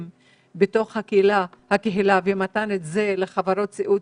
בתוך הקהילה והמתן של זה לחברות סיעוד,